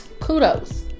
kudos